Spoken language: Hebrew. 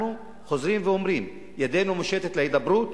אנחנו חוזרים ואומרים: ידנו מושטת להידברות.